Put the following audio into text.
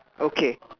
okay